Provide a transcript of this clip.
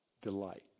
delight